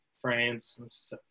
France